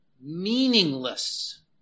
meaningless